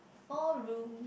small rooms